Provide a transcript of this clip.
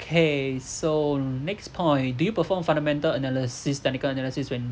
okay so next point do you perform fundamental analysis technical analysis when